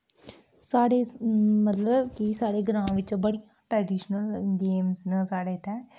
साढ़े मतलब कि साढ़े ग्रां बिच बड़ियां ट्रैडिशनल गेमां न साढ़े इत्थै